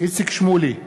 איציק שמולי,